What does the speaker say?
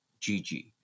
GG